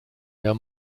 der